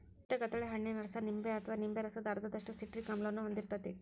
ಕಿತಗತಳೆ ಹಣ್ಣಿನ ರಸ ನಿಂಬೆ ಅಥವಾ ನಿಂಬೆ ರಸದ ಅರ್ಧದಷ್ಟು ಸಿಟ್ರಿಕ್ ಆಮ್ಲವನ್ನ ಹೊಂದಿರ್ತೇತಿ